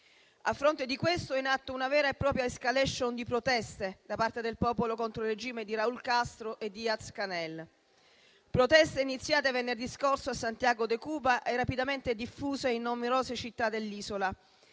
A fronte di questo, è in atto una vera e propria *escalation* di proteste da parte del popolo contro il regime di Raul Castro e Diaz-Canel; proteste iniziate venerdì scorso a Santiago de Cuba e rapidamente diffuse in numerose città dell'Isola